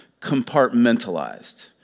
compartmentalized